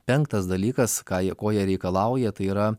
penktas dalykas ką jie ko jie reikalauja tai yra